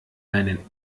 deinen